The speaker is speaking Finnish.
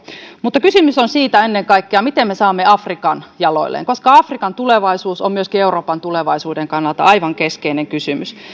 mutta kysymys on ennen kaikkea siitä miten me saamme afrikan jaloilleen koska afrikan tulevaisuus on myöskin euroopan tulevaisuuden kannalta aivan keskeinen kysymys